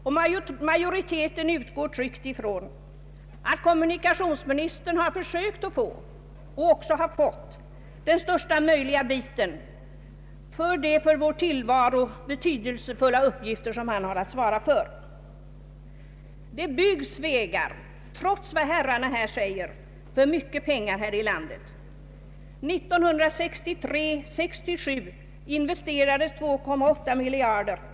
Utskottsmajoriteten utgår tryggt ifrån att kommunikationsministern har försökt få och också har fått den största möjliga biten för de för vår tillvaro betydelsefulla uppgifter som han har att svara för. Det byggs vägar, trots vad herrarna säger, för mycket pengar här i landet. 1963—1967 investerades 2,8 miljarder kronor.